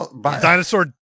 Dinosaur